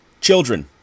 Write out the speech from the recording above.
children